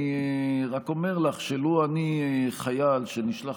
אני רק אומר לך שלו אני חייל שנשלח